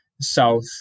south